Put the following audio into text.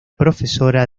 profesora